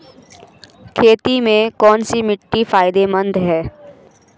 खेती में कौनसी मिट्टी फायदेमंद है?